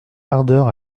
ardeur